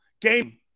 game